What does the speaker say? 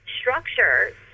structure